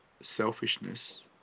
selfishness